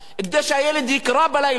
כדי שהילד יקרא בלילה.